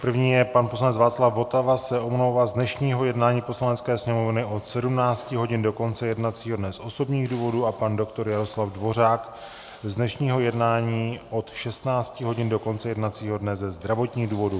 První, pan poslanec Václav Votava se omlouvá z dnešního jednání Poslanecké sněmovny od 17 hodin do konce jednacího dne z osobních důvodů a pan doktor Jaroslav Dvořák z dnešního jednání od 16 hodin do konce jednacího dne ze zdravotních důvodů.